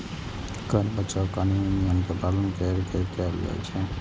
कर बचाव कानूनी नियम के पालन कैर के कैल जाइ छै